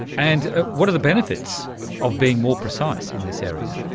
and what are the benefits of being more precise in this area?